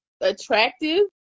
attractive